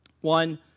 one